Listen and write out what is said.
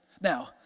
Now